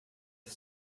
ist